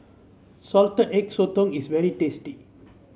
Salted Egg Sotong is very tasty